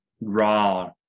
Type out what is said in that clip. raw